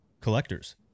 collectors